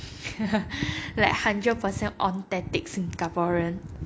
like hundred percent authentic singaporean